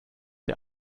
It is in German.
der